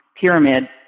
pyramid